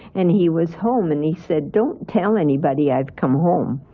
and he was home and he said, don't tell anybody i've come home.